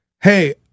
hey